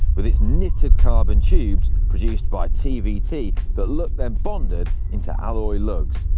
with its knitted carbon tubes produced by tvt, that look then bonded into alloy lugs.